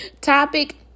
Topic